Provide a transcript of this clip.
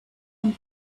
and